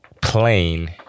plain